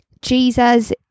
Jesus